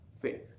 faith